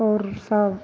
आओर सभ